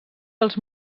dels